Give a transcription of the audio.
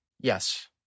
Yes